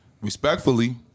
respectfully